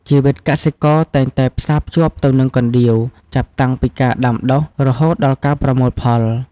ជីវិតកសិករតែងតែផ្សារភ្ជាប់ទៅនឹងកណ្ដៀវ ចាប់តាំងពីការដាំដុះរហូតដល់ការប្រមូលផល។